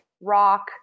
rock